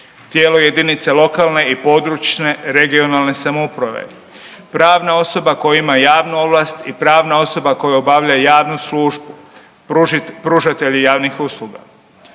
tijelo jedinice lokalne i područne regionalne samouprave, pravna osoba koja ima javnu ovlast i pravna osoba koja obavlja javnu službu, pružatelji javnih usluga.